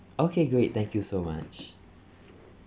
okay great thank you so much